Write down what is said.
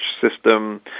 system